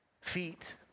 Feet